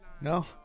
No